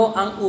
ang